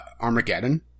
Armageddon